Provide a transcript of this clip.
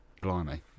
blimey